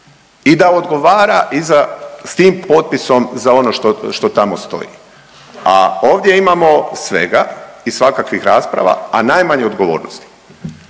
i da odgovara i za, s tim potpisom za ono što, što tamo stoji, a ovdje imamo svega i svakakvih rasprava, a najmanje odgovornosti.